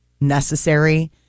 necessary